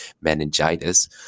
meningitis